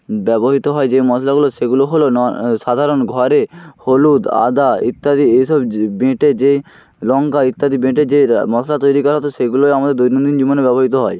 ব্যবহৃত হয় যে মশলাগুলো সেগুলো হল সাধারণ ঘরে হলুদ আদা ইত্যাদি এই সব বেটে যে লঙ্কা ইত্যাদি বেটে যে মশলা তৈরি করা হতো সেগুলোই আমাদের দৈনন্দিন জীবনে ব্যবহৃত হয়